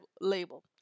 label